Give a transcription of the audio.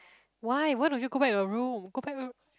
why why don't you go back to your room go back room